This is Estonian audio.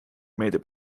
meeldib